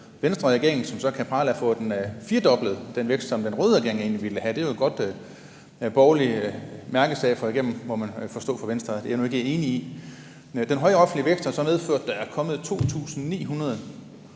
Venstreregering, som så kan prale af at få firedoblet den vækst, som den røde regering egentlig ville have. Det er jo en god borgerlig mærkesag at få igennem for Venstre, må man forstå. Det er jeg nu ikke enig i. Men den høje offentlige vækst har så medført, at der er kommet 2.900